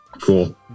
cool